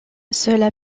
cela